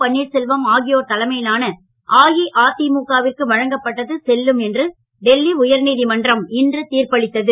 பன்னீர்செல்வம் ஆகியோர் தலைமையிலான அஇஅதிமுக விற்கு வழங்கப்பட்டது செல்லும் என்று டெல்லி உயர்நீதிமன்றம் இன்று தீர்ப்பளித்தது